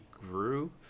grew